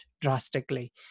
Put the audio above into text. drastically